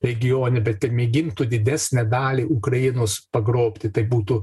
regione bet kad mėgintų didesnę dalį ukrainos pagrobti tai būtų